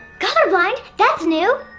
colorblind! that's new!